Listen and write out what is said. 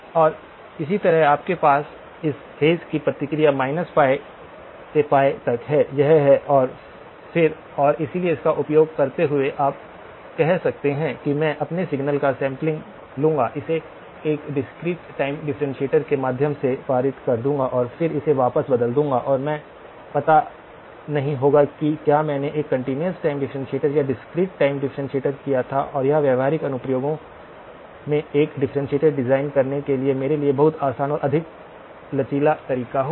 और इसी तरह आपके पास इस फेज की प्रतिक्रिया -π से तक है यह है और फिर और इसलिए इसका उपयोग करते हुए आप कह सकते हैं कि मैं अपने सिग्नल का सैंपलिंग लूंगा इसे एक डिस्क्रीट टाइम डिफ्रेंटिएटर के माध्यम से पारित कर दूंगा और फिर इसे वापस बदल दूंगा और मैं पता नहीं होगा कि क्या मैंने एक कंटीन्यूअस टाइम डिफ्रेंटिएटर या डिस्क्रीट टाइम डिफ्रेंटिएटर किया था और यह व्यावहारिक अनुप्रयोग में एक डिफ्रेंटिएटर डिजाइन करने के लिए मेरे लिए बहुत आसान और अधिक लचीला तरीका होगा